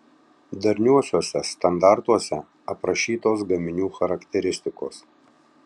darniuosiuose standartuose aprašytos gaminių charakteristikos